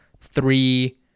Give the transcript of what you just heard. three